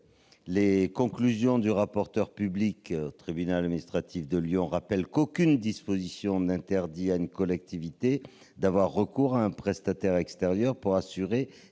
Les conclusions du rapporteur public au tribunal administratif de Lyon rappellent qu'aucune disposition n'interdit à une collectivité d'avoir recours à un prestataire extérieur pour assurer